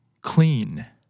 Clean